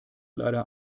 leider